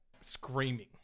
screaming